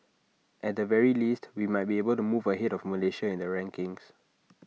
at the very least we might be able to move ahead of Malaysia in the rankings